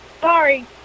Sorry